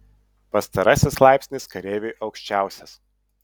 pastarasis laipsnis kareiviui aukščiausias